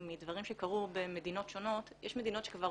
מדברים שקרו במדינות שונות ויש מדינות שכבר